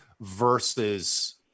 versus